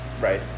Right